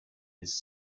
his